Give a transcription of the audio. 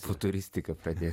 futuristė kaip katė